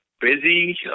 busy